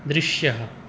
दृश्यः